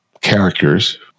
characters